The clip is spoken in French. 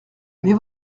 mais